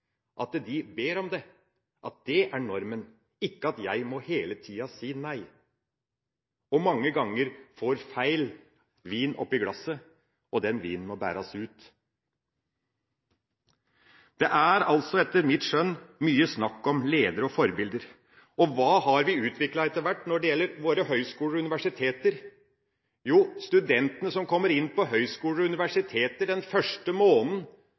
ber om det, at det er normen, ikke at jeg hele tida må si nei og mange ganger får feil – vin – i glasset og vinen må bæres ut? Det er etter mitt skjønn mye snakk om ledere og forbilder. Hva har vi etter hvert utviklet når det gjelder våre høyskoler og universiteter? Jo, for studentene som kommer inn på høyskoler og universiteter, er det den første måneden